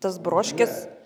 tas broškes